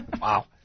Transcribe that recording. Wow